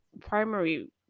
primary